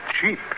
cheap